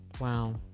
wow